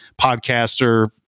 podcaster